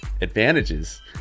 advantages